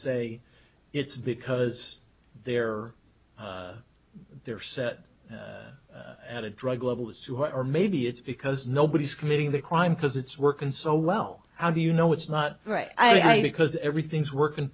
say it's because they're they're set at a drug level is too high or maybe it's because nobody's committing the crime because it's working so well how do you know it's not right i because everything's working